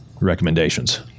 recommendations